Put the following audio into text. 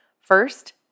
First